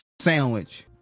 sandwich